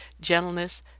gentleness